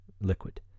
liquid